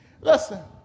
Listen